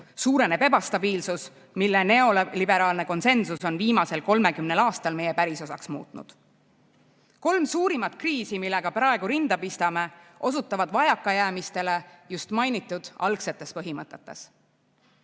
suureneb ebastabiilsus, mille neoliberaalne konsensus on viimasel 30 aastal meie pärisosaks muutunud. Kolm suurimat kriisi, millega praegu rinda pistame, osutavad vajakajäämistele just mainitud algsetes põhimõtetes. Kui